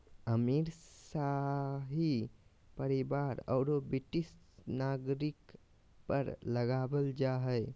अमीर, शाही परिवार औरो ब्रिटिश नागरिक पर लगाबल जा हइ